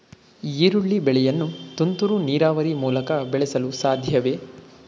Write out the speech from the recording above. ಈರುಳ್ಳಿ ಬೆಳೆಯನ್ನು ತುಂತುರು ನೀರಾವರಿ ಮೂಲಕ ಬೆಳೆಸಲು ಸಾಧ್ಯವೇ?